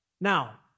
Now